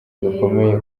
gakomeye